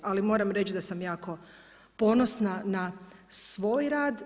Ali moram reći da sam jako ponosna na svoj rad.